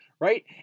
right